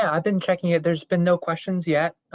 ah i've been checking it. there's been no questions yet.